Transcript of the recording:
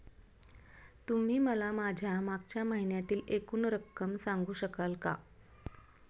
तुम्ही मला माझ्या मागच्या महिन्यातील एकूण रक्कम सांगू शकाल का?